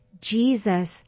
jesus